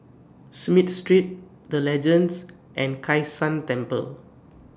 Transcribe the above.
Smith Street The Legends and Kai San Temple